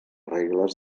regles